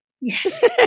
Yes